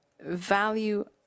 value